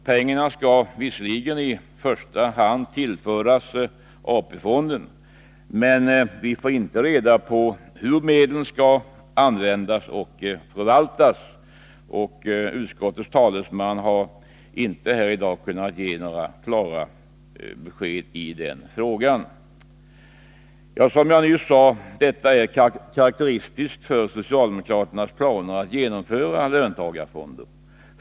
Pengarna skall visserligen i första hand tillföras AP-fonden, men vi får inte reda på hur medlen skall användas och förvaltas. Inte heller utskottets talesman har i dag kunnat ge några klara besked i den frågan. Som jag nyss sade — detta är karakteristiskt för socialdemokraternas planer att genomföra löntagarfonder.